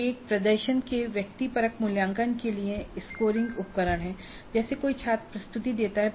यह एक प्रदर्शन के व्यक्तिपरक मूल्यांकन के लिए एक स्कोरिंग उपकरण है जैसे कोई छात्र प्रस्तुति देता है